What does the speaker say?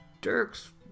Dirk's